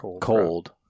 cold